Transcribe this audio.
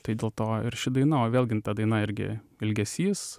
tai dėl to ir ši daina o vėlgi jin ta daina irgi ilgesys